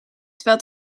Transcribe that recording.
terwijl